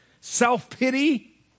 Self-pity